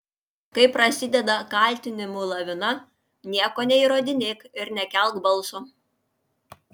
kai prasideda kaltinimų lavina nieko neįrodinėk ir nekelk balso